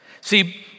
See